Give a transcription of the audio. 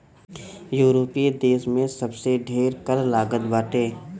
यूरोपीय देस में सबसे ढेर कर लागत बाटे